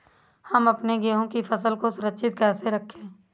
हम अपने गेहूँ की फसल को सुरक्षित कैसे रखें?